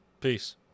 Peace